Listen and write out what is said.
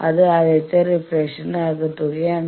അത് ആദ്യത്തെ റീഫ്ലക്ഷന്റെ ആകെത്തുകയാണ്